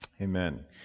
Amen